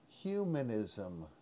Humanism